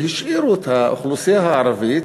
והשאירו את האוכלוסייה הערבית,